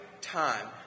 time